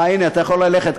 אה, הנה, אתה כבר יכול ללכת,